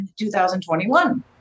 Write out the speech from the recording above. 2021